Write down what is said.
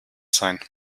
sein